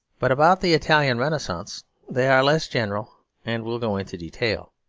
but about the italian renaissance they are less general and will go into detail.